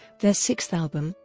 their sixth album,